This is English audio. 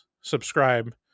subscribe